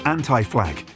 Anti-Flag